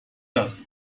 dass